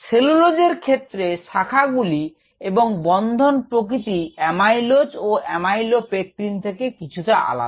cellulose এর ক্ষেত্রে শাখাগুলি এবং বন্ধন প্রকৃতি এমাইলোজ ও এমাইলোপেকটিন থেকে কিছুটা আলাদা